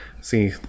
see